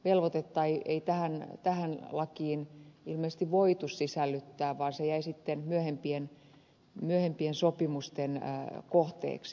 tällaista velvoitetta ei tähän lakiin ilmeisesti voitu sisällyttää vaan se jäi sitten myöhempien sopimusten kohteeksi